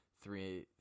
three